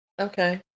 Okay